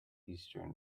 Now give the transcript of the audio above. eastern